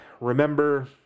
Remember